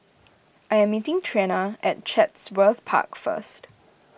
I am meeting Trena at Chatsworth Park first